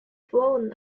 flown